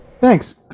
thanks